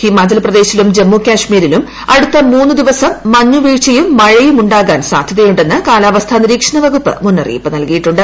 ഹിമാചൽ പ്രദേശിലും ജമ്മു കൾമീരിലും അടുത്ത മൂന്നു ദിവസം മഞ്ഞുവീഴ്ചയും മഴയും ഉണ്ടാകാൻ സാധ്യതയുണ്ടെന്ന് കാലാവസ്ഥാ നിരീക്ഷണ വകുപ്പ് മുന്നറിയിപ്പ് നൽകിയിട്ടുണ്ട്